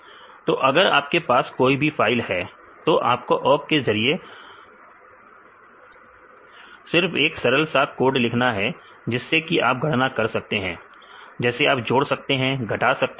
तो अगर आपके पास कोई भी फाइल है तो आपको ओक के जरिए सरएक सरल सा कोड लिखना है जिससे कि आप गणना कर सकते हैं जैसे आप जोड़ सकते हैं घटा सकते हैं कुछ भी